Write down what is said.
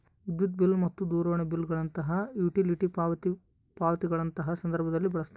ವಿದ್ಯುತ್ ಬಿಲ್ ಮತ್ತು ದೂರವಾಣಿ ಬಿಲ್ ಗಳಂತಹ ಯುಟಿಲಿಟಿ ಪಾವತಿ ಪಾವತಿಗಳಂತಹ ಸಂದರ್ಭದಲ್ಲಿ ಬಳಸ್ತಾರ